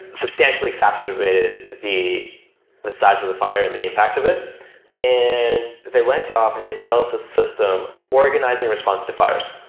substantially exacerbated the size of the fire and the impact of it and they went off and they developed a system, organizing response to fires.